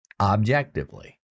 Objectively